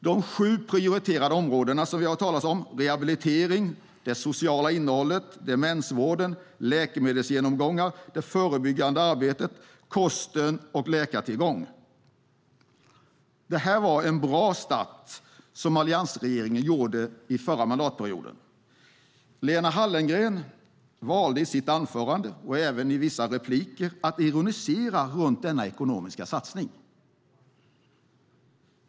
De sju prioriterade områdena, som vi har hört talas om, är rehabiliteringen, det sociala innehållet, demensvården, läkemedelsgenomgångarna, det förebyggande arbetet, kosten och läkartillgången. Det var en bra start som alliansregeringen gjorde förra mandatperioden. Lena Hallengren valde i sitt anförande och även i vissa repliker att ironisera runt denna ekonomiska satsning.